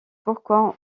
pourquoi